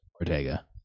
Ortega